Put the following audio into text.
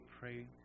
pray